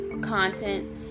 content